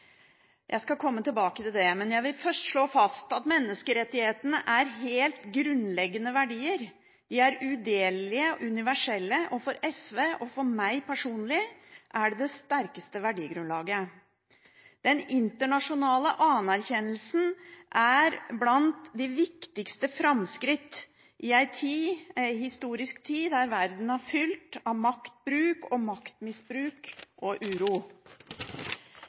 Jeg skal komme tilbake til det, jeg vil først slå fast at menneskerettighetene er helt grunnleggende verdier. De er udelelige og universelle, og for SV og for meg personlig er det det sterkeste verdigrunnlaget. Den internasjonale anerkjennelsen er blant de viktigste framskritt i en historisk tid der verden er fylt av maktbruk og maktmisbruk og uro.